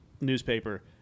newspaper